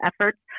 efforts